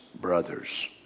brothers